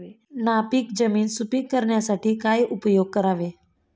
नापीक जमीन सुपीक करण्यासाठी काय उपयोग करावे?